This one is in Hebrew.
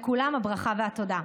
לכולם הברכה והתודה.